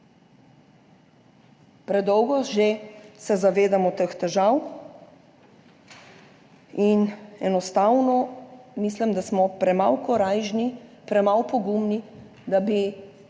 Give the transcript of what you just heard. Predolgo se že zavedamo teh težav in enostavno mislim, da smo premalo korajžni,